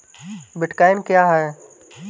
Bitcoin क्या है?